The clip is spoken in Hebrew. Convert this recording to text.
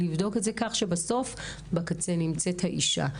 לבדוק את זה כשבקצה נמצאת האישה.